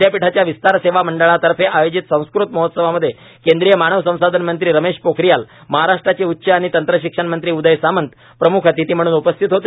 विद्यापीठाच्या विस्तार सेवा मंडळातर्फे आयोजित संस्कृत महोत्सवामध्ये केंद्रिय मानव संसाधन मंत्री रमेश पोखरियाल महाराष्ट्राचे उच्च आणि तंत्रा शिक्षण मंत्री उदय सामंत प्रम्ख अतिथी म्हणून उपस्थित होते